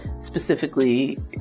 specifically